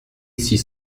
six